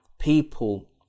people